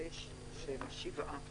שבעה.